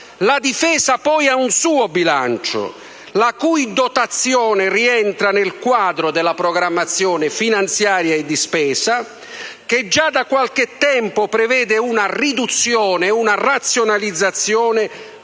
La Difesa poi ha un suo bilancio, la cui dotazione rientra nel quadro della programmazione finanziaria e di spesa, che già da qualche tempo prevede una riduzione e una razionalizzazione